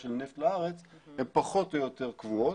של נפט לארץ הם פחות או יותר קבועות.